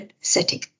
setting